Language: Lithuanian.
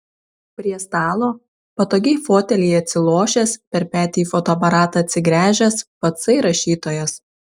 prie stalo patogiai fotelyje atsilošęs per petį į fotoaparatą atsigręžęs patsai rašytojas